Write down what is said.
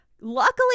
luckily